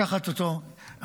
לקחת אותו בחשבון.